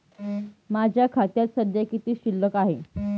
माझ्या खात्यात सध्या किती शिल्लक आहे?